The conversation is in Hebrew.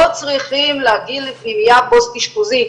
צריכים להגיע לפנימייה פוסט אשפוזית.